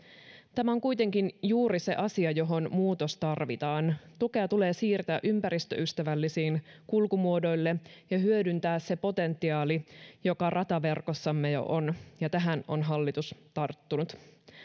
tämä on kuitenkin juuri se asia johon muutos tarvitaan tukea tulee siirtää ympäristöystävällisille kulkumuodoille ja hyödyntää se potentiaali joka rataverkossamme jo on ja tähän on hallitus tarttunut